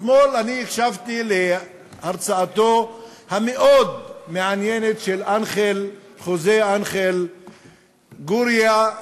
אתמול הקשבתי להרצאתו המאוד-מעניינת של חוזה אנחל גורייה,